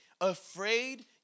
afraid